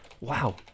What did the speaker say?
wow